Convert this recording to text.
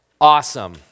Awesome